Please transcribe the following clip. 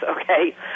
okay